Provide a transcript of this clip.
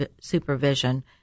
supervision